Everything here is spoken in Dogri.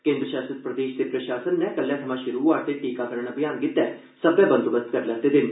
केन्द्र शासत प्रदेश दे प्रशासन नै कल्लै थमां शुरु होआ रदे टीकाकरण अभियान लेई सब्बै बंदोबस्त करी लैते दे न